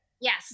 Yes